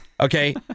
Okay